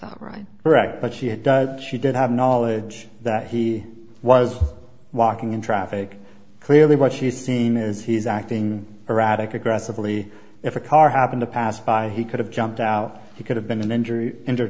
road right right but she does she did have knowledge that he was walking in traffic clearly what she had seen is he's acting erratic aggressively if a car happened to pass by he could have jumped out he could have been an injury injured